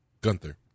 Gunther